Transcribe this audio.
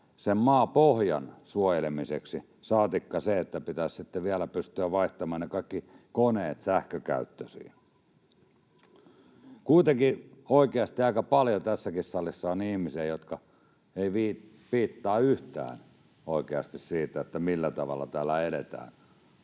maapohjan suojelemiseksi, saatikka se, että pitäisi sitten vielä pystyä vaihtamaan ne kaikki koneet sähkökäyttöisiin. Kuitenkin oikeasti aika paljon tässäkin salissa on ihmisiä, jotka eivät piittaa yhtään siitä, millä tavalla täällä eletään.